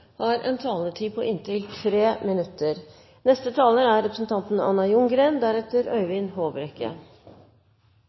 har en taletid på inntil 3 minutter. Det er